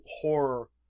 horror